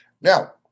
Now